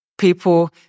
people